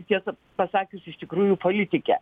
tiesą pasakius iš tikrųjų politike